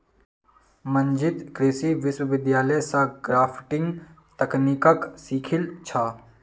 मंजीत कृषि विश्वविद्यालय स ग्राफ्टिंग तकनीकक सीखिल छ